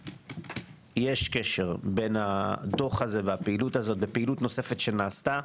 יש קשר בין הדוח הזה והפעילות הזו ופעילות נוספת שנעשתה,